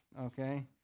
okay